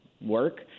work